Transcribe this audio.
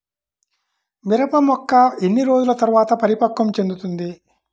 మిరప మొక్క ఎన్ని రోజుల తర్వాత పరిపక్వం చెందుతుంది?